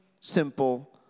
simple